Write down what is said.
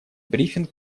брифинг